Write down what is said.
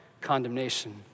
condemnation